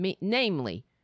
namely